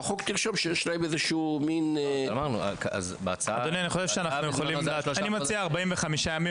ובחוק תרשום שיש להם איזשהו --- אני מציע 45 יום,